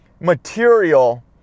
material